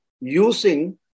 using